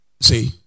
See